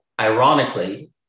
ironically